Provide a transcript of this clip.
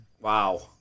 wow